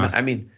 i mean,